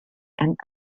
and